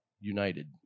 united